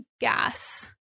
gas